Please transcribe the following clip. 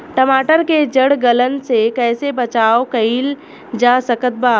टमाटर के जड़ गलन से कैसे बचाव कइल जा सकत बा?